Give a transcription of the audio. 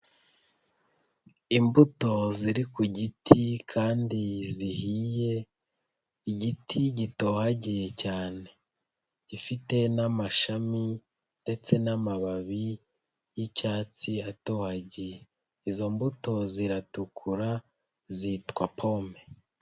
Imbuto ziri ku giti kandi zihiye igiti gitohagiye cyane. Gifite n'amashami ndetse n'amababi y'icyatsi atohagiye, izo mbuto ziratukura zitwa pome.